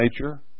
nature